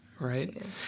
right